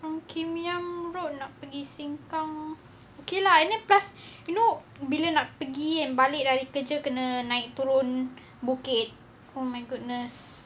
um kim yam road nak pergi sengkang okay lah and then plus you know bila nak pergi and balik lagi kerja kena naik turun bukit oh my goodness